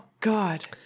God